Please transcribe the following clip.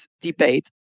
debate